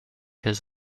his